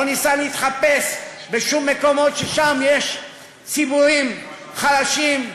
לא ניסה להתחפש במקומות שיש ציבורים חלשים,